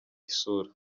isura